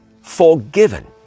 Forgiven